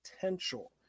Potential